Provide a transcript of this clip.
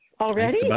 already